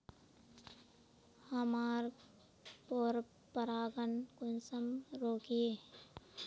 हमार पोरपरागण कुंसम रोकीई?